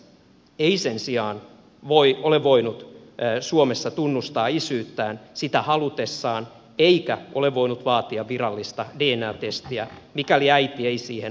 biologinen isä ei sen sijaan ole voinut suomessa tunnustaa isyyttään sitä halutessaan eikä ole voinut vaatia virallista dna testiä mikäli äiti ei siihen ole suostunut